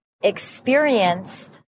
experienced